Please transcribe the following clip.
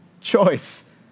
choice